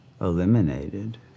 eliminated